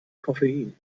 koffein